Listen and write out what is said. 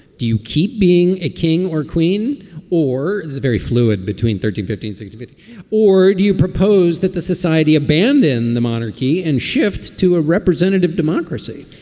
do you keep being a king or queen or. it is very fluid between thirty fifteen s activity or do you propose that the society abandon the monarchy and shift to a representative democracy?